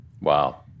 Wow